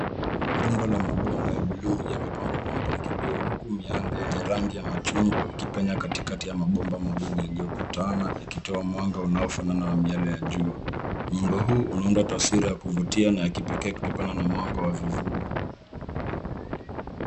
Rundo la mabomba ya buluu yamepangwa kwa mpangilio huku mianga yenye rangi ya machungwa ikipenya katikati ya mabomba mawili yaliyokutana ikitoa mwanga unayofanana na miale ya jua. Muundo huu unaunda taswira ya kuvutia na ya kipekee kutokana na mwanga wa vivuli.